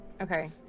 Okay